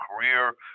career